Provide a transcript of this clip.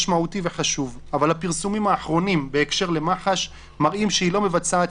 ולמרות זאת ב-13 באוקטובר ראשת מח"ש סגרה את התיק.